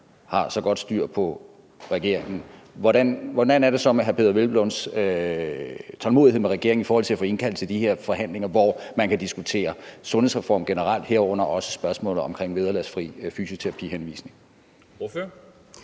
har så godt styr på regeringen, hvordan er det så med hr. Peder Hvelplunds tålmodighed med regeringen i forhold til at få indkaldt til de her forhandlinger, hvor man kan diskutere sundhedsreform generelt, herunder også spørgsmålet om vederlagsfri fysioterapihenvisning?